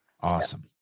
Awesome